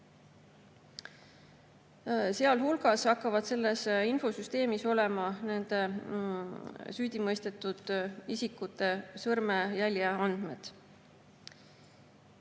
Sealhulgas hakkavad selles infosüsteemis olema nende süüdimõistetud isikute sõrmejäljeandmed.